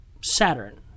Saturn